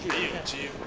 你有 gym